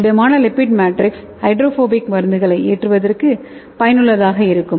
திடமான lipid matrix hydrophobic மருந்துகளை ஏற்றுவதற்கு பயனுள்ளதாக இருக்கும்